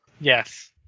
Yes